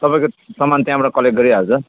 तपाईँको सामान त्यहाँबाट कलेक्ट गरिहाल्छ